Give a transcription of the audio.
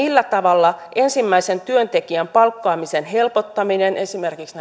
millä tavalla ensimmäisen työntekijän palkkaamisen helpottaminen vaikuttaisi esimerkiksi